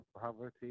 poverty